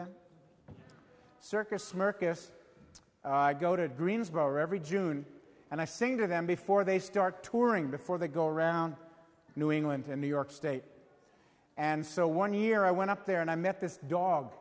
the circus marcus go to greensboro every june and i sing to them before they start touring before they go around new england to new york state and so one year i went up there and i met this dog